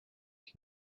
die